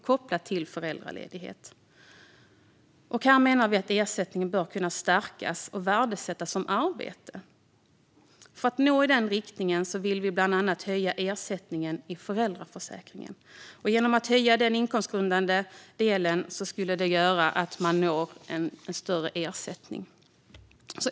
Vi menar att ersättningen bör höjas och att föräldraledigheten ska värdesättas som arbete. För att nå i den riktningen vill vi bland annat höja ersättningen i föräldraförsäkringen. En höjning av det inkomstgrundande taket skulle innebära att man når en större ersättning.